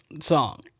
song